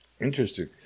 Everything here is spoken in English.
Interesting